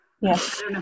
Yes